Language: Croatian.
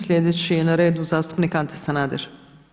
Sljedeći je na redu zastupnik Ante Sanader.